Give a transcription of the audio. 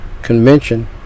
Convention